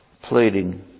pleading